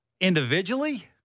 Individually